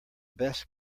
best